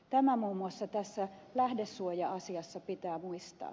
tämä muun muassa tässä lähdesuoja asiassa pitää muistaa